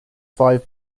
five